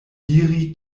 diri